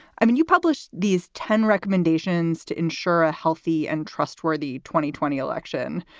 i mean, you publish these ten recommendations to ensure a healthy and trustworthy twenty twenty election.